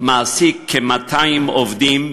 מעסיק כ-200 עובדים,